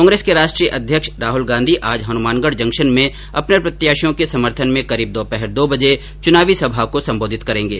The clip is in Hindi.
कांग्रेस के राष्ट्रीय अध्यक्ष राहल गांधी आज हनुमानगढ जंक्शन में अपने प्रत्याशियों के समर्थन में करीब दोपहर दो बजे चुनावी सभा को संबोधित करेंगे